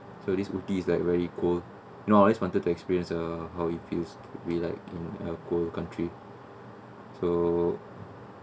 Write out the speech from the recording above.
so this ooty is like very cold you know I always wanted to experience how it feels to be like in a cold country so